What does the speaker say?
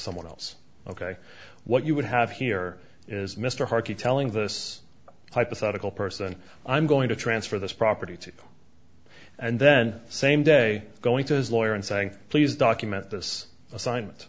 someone else ok what you would have here is mr harkey telling this hypothetical person i'm going to transfer this property to and then same day going to lawyer and saying please document this assignment